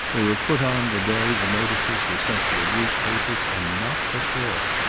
they were put on the day the notices were sent to the newspapers, and not before.